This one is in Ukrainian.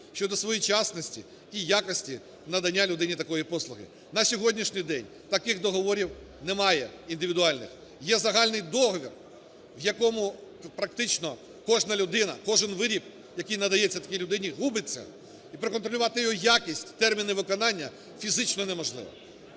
щодо своєчасності і якості надання людині такої послуги. На сьогоднішній день таких договорів немає індивідуальних, є загальний договір в якому практично кожна людина, кожен виріб, який надається такій людині, губиться. І проконтролювати його якість, терміни виконання, фізично неможливо.